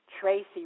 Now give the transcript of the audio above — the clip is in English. Tracy